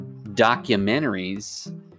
documentaries